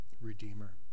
redeemer